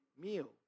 meal